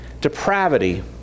depravity